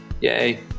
Yay